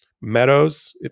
Meadows